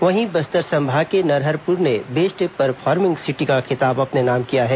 वहीं बस्तर संभाग के नरहरपुर ने बेस्ट परफार्मिंग सिटी का खिताब अपने नाम किया है